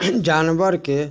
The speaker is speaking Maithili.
जानवरके